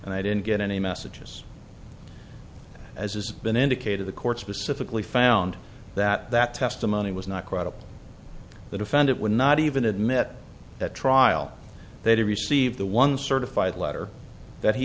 and i didn't get any messages as has been indicated the court specifically found that that testimony was not credible the defendant would not even admit that trial they did receive the one certified letter that he